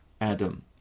Adam